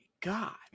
God